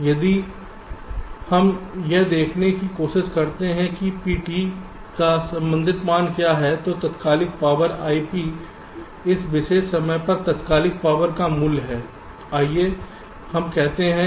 इसलिए यदि हम यह देखने की कोशिश करते हैं कि P का संबंधित मान क्या है तो यह तात्कालिक पावर IP इस विशेष समय पर तात्कालिक पावर का मूल्य है आइए हम कहते हैं